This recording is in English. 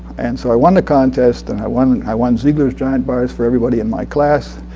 and so i won the contest, and i won i won zeigler's giant bars for everybody in my class,